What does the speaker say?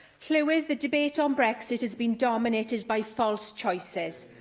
llywydd, the debate on brexit has been dominated by false choices,